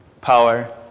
power